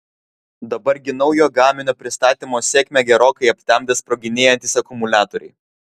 dabar gi naujo gaminio pristatymo sėkmę gerokai aptemdė sproginėjantys akumuliatoriai